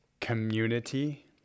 community